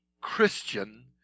Christian